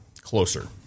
Closer